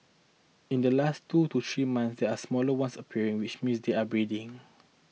in the last two to three months there are smaller ones appearing which means they are breeding